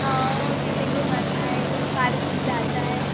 हो तिथे घुमात आहे पार्कमध्ये जात आहे